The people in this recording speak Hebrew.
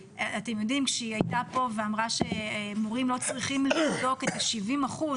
כשהיא הייתה כאן ואמרה שמורים לא צריכים לבדוק את ה-70 אחוזים,